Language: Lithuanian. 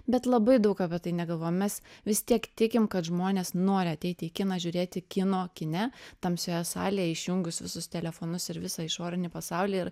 bet labai daug apie tai negalvojom mes vis tiek tikim kad žmonės nori ateiti į kiną žiūrėti kino kine tamsioje salėje išjungus visus telefonus ir visą išorinį pasaulį ir